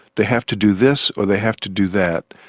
they have to do this or they have to do that,